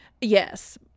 Yes